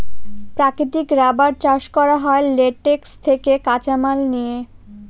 প্রাকৃতিক রাবার চাষ করা হয় ল্যাটেক্স থেকে কাঁচামাল নিয়ে